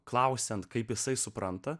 klausiant kaip jisai supranta